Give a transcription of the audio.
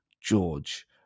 George